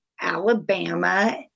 Alabama